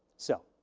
so,